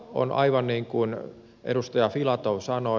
on aivan niin kuin edustaja filatov sanoi